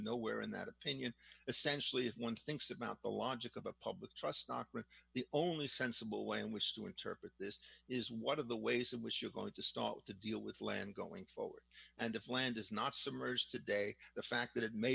nowhere in that opinion essentially if one thinks about the logic of a public trust not the only sensible way in which to interpret this is one of the ways in which you're going to start to deal with land going forward and if land is not submerged today the fact that it may